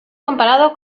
comparado